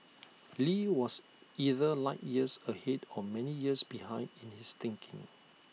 lee was either light years ahead or many years behind in his thinking